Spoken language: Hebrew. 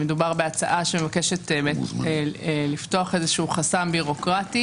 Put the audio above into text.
שמדובר בהצעה שמבקשת לפתוח חסם ביורוקרטי